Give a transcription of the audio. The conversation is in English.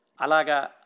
Alaga